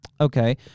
Okay